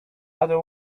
other